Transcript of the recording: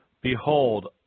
Behold